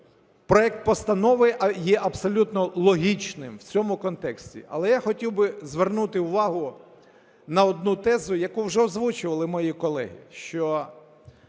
проект постанови є абсолютно логічним в цьому контексті. Але я хотів би звернути увагу на одну тезу, яку вже озвучували мої колеги, що